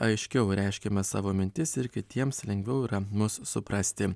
aiškiau reiškiame savo mintis ir kitiems lengviau yra mus suprasti